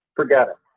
forget it,